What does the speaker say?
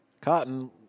Cotton